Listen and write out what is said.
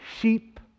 sheep